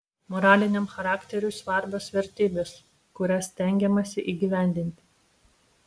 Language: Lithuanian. moraliniam charakteriui svarbios vertybės kurias stengiamasi įgyvendinti